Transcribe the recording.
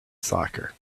soccer